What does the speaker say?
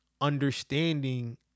understanding